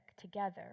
together